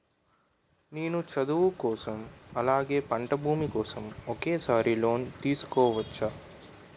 నేను చదువు కోసం అలాగే పంట భూమి కోసం ఒకేసారి లోన్ తీసుకోవచ్చా?